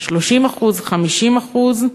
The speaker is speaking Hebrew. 30% או 50%?